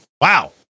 Wow